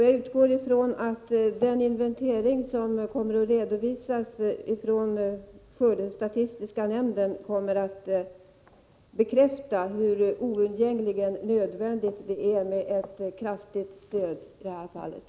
Jag utgår från att den inventering som skördestatistiska nämnden skall redovisa kommer att bekräfta hur oundgängligen nödvändigt det är med ett kraftigt stöd i det här fallet.